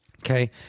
Okay